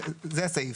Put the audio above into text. זה הסעיף.